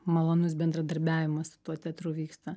malonus bendradarbiavimas su tuo teatru vyksta